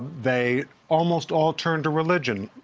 they almost all turn to religion.